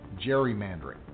gerrymandering